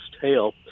tail